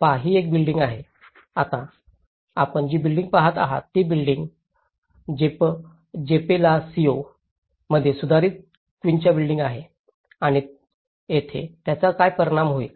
पहा ही एक बिल्डिंग आहे आपण जी बिल्डिंग पहात आहात ती बिल्डिंग जेपेलासिओ मधील सुधारित क्विन्चा बिल्डिंग आहे आणि येथे त्याचा काय परिणाम होईल